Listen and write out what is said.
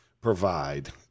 provide